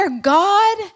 God